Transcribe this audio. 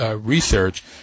Research